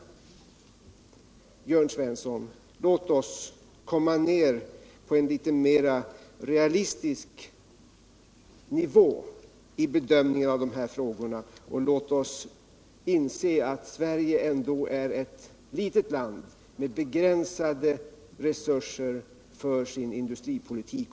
Jörn Svensson! Låt oss komma ner på litet mer realistisk nivå i bedömningen av de här frågorna! Låt oss inse att Sverige ändå är ett litet land med begränsade resurser för sin industripolitik!